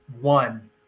one